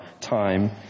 time